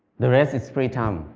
the rest is free time,